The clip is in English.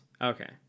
Okay